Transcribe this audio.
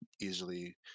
easily